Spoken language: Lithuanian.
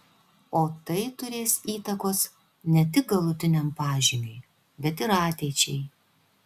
o tai turės įtakos ne tik galutiniam pažymiui bet ir ateičiai